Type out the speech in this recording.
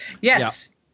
yes